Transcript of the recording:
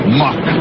muck